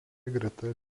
greta